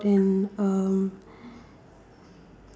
um